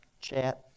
chat